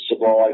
survive